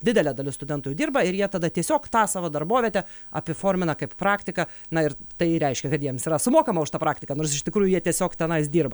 didelė dalis studentų jau dirba ir jie tada tiesiog tą savo darbovietę apiformina kaip praktiką na ir tai reiškia kad jiems yra sumokama už tą praktiką nors iš tikrųjų jie tiesiog tenais dirba